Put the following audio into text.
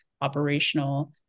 operational